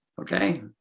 Okay